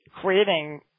creating